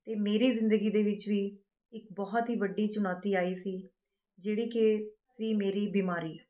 ਅਤੇ ਮੇਰੀ ਜ਼ਿੰਦਗੀ ਦੇ ਵਿੱਚ ਵੀ ਇੱਕ ਬਹੁਤ ਹੀ ਵੱਡੀ ਚੁਣੌਤੀ ਆਈ ਸੀ ਜਿਹੜੀ ਕਿ ਸੀ ਮੇਰੀ ਬਿਮਾਰੀ